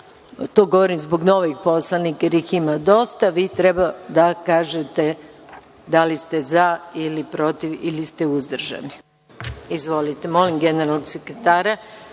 to govorim zbog novih poslanika jer ih ima dosta, a vi treba da kažete da li ste za, protiv ili ste uzdržani. Molim generalnog sekretara,